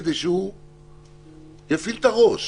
כדי שהוא יפעיל את הראש.